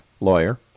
lawyer